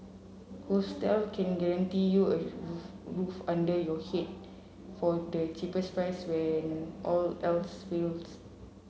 hostel can guarantee you a roof under your head for the cheapest price when all else